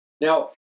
Now